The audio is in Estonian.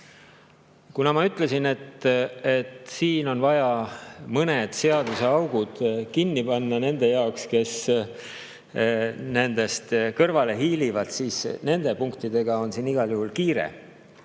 Kuna ma ütlesin, et siin on vaja mõned seaduseaugud kinni panna nende jaoks, kes nendest kõrvale hiilivad, siis nende punktidega on igal juhul kiire.